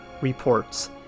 reports